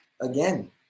Again